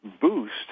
boost